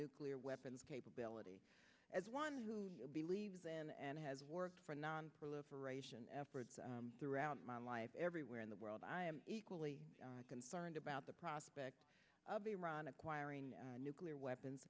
nuclear weapons capability as one who believes and has worked for nonproliferation efforts throughout my life everywhere in the world i am equally concerned about the prospect of iran acquiring nuclear weapons